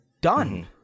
done